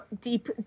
deep